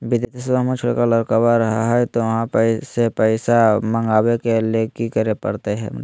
बिदेशवा में हमर छोटका लडकवा रहे हय तो वहाँ से पैसा मगाबे ले कि करे परते हमरा?